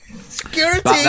Security